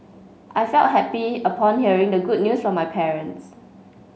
I felt happy upon hearing the good news from my parents